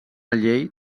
llei